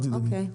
אל תדאגי,